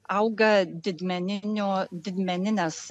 auga didmeninių didmeninės